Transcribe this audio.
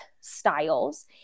styles